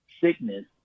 sickness